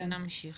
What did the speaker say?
נשמע